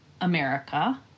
America